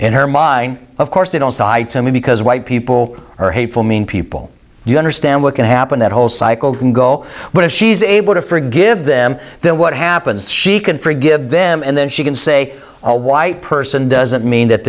in her mind of course they don't sigh to me because white people are hateful mean people don't understand what can happen that whole cycle can go but if she's able to forgive them then what happens she can forgive them and then she can say a white person doesn't mean that